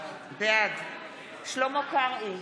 בעד שלמה קרעי,